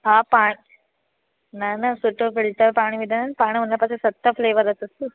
हा पा न न सुठो फिल्टर पाणी विझनि पाण उन पासे सत फ्लेवर अथसि